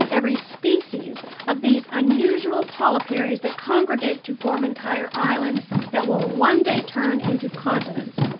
every species of these unusual polyparies that congregate to form entire islands that will one day turn into continents.